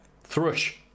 Thrush